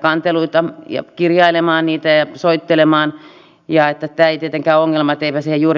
kanteluita ja kirjailemaan niitä ja soittelemaan ja että tämä ei tietenkään ole ongelma että eipä siihen juuri mene aikaa